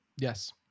Yes